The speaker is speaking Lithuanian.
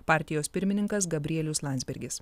partijos pirmininkas gabrielius landsbergis